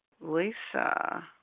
Lisa